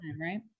right